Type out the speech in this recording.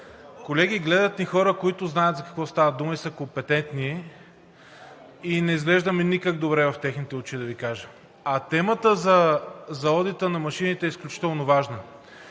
Колеги, гледат ни хора, които знаят за какво става дума и са компетентни, и не изглеждаме никак добре в техните очи да Ви кажа. А темата за одита на машините е изключително важна.